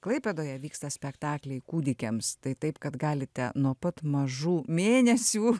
klaipėdoje vyksta spektakliai kūdikiams tai taip kad galite nuo pat mažų mėnesių